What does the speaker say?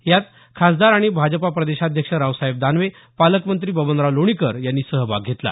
यात खासदार आणि भाजपा प्रदेशाध्यक्ष रावसाहेब ही दानवे पालकंत्री बबनराव लोणीकर यांनी सहभाग घेतला